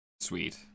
Sweet